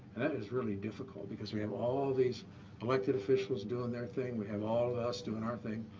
that is really difficult, because we have all these elected officials doing their thing. we have all of us doing our thing,